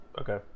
okay